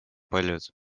paljud